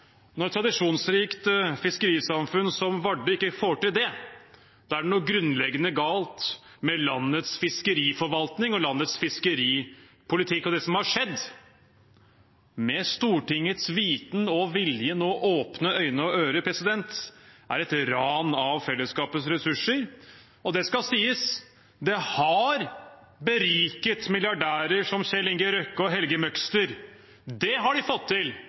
Når et tradisjonsrikt fiskerisamfunn som Vardø ikke får til det, er det noe grunnleggende galt med landets fiskeriforvaltning og landets fiskeripolitikk. Det som har skjedd, med Stortingets vitende og vilje, med åpne øyne og ører, er et ran av fellesskapets ressurser. Og det skal sies: Det har beriket milliardærer som Kjell Inge Røkke og Helge Møgster. Det har de fått til,